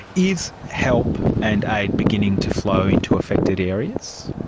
is help and aid beginning to flow into affected areas?